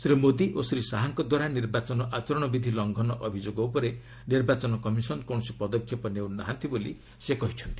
ଶ୍ରୀ ମୋଦି ଓ ଶ୍ରୀ ଶାହାଙ୍କଦ୍ୱାରା ନିର୍ବାଚନ ଆଚରଣ ବିଧି ଲଙ୍ଘନ ଅଭିଯୋଗ ଉପରେ ନିର୍ବାଚନ କମିଶନ କୌଣସି ପଦକ୍ଷେପ ନେଉ ନାହାନ୍ତି ବୋଲି ସେ କହିଛନ୍ତି